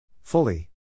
Fully